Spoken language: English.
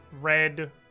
red